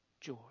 joy